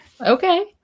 Okay